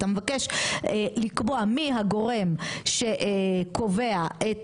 אתה מבקש לקבוע מי הגורם שקובע את